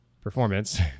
performance